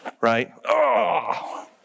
Right